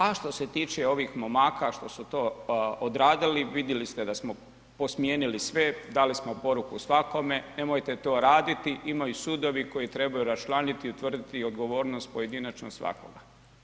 A što se tiče ovih momaka što su to odradili vidjeli ste da smo posmijenili sve, dali smo poruku svakome, nemojte to raditi, imaju sudovi koji trebaju raščlaniti i utvrditi odgovornost pojedinačno svakoga.